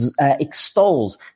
extols